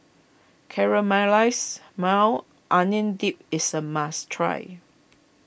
Caramelized Maui Onion Dip is a must try